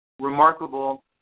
remarkable